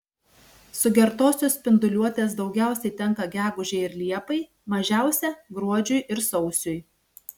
sugertosios spinduliuotės daugiausiai tenka gegužei ir liepai mažiausia gruodžiui ir sausiui